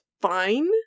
fine